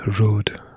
road